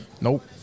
Nope